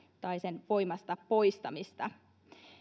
tai voimasta poistamista